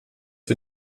wir